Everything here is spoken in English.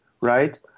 right